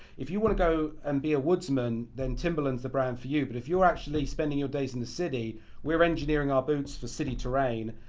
if you wanna go and be a woodsmen then timberland's the brand for you. but if you're actually spending your days in the city we're engineering our boots for city terrain.